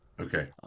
Okay